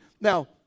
now